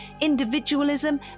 individualism